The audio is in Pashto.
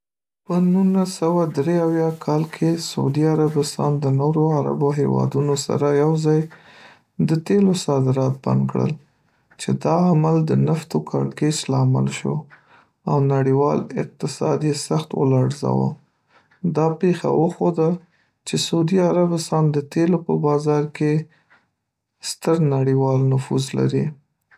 په نولس سره دري اویا کال کې، سعودي عربستان د نورو عربو هېوادونو سره یوځای د تېلو صادرات بند کړل، چې دا عمل د نفتو کړکیچ لامل شو او نړیوال اقتصاد یې سخت ولړزاوه. دا پېښه وښوده چې سعودي عربستان د تېلو په بازار کې ستر نړیوال نفوذ لري.